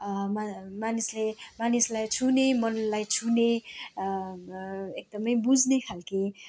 मा मानिसले मानिसलाई छुने मनलाई छुने एकदमै बुझ्ने खालके